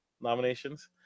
nominations